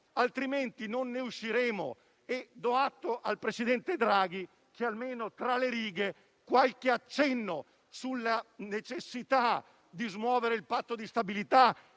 altrimenti non ne usciremo. Do atto al presidente Draghi di avere fatto, almeno tra le righe, qualche accenno alla necessità di smuovere il Patto di stabilità